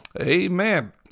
Amen